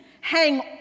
hang